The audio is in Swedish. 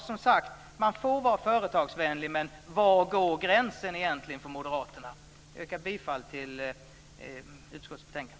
Som sagt: Man får vara företagsvänlig men var går gränsen egentligen för moderaterna? Slutligen yrkar jag bifall till hemställan i utskottets betänkande.